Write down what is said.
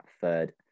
third